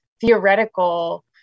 theoretical